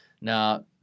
Now